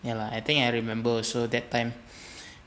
ya lah I think I remember so that time